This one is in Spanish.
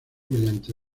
mediante